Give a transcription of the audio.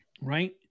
Right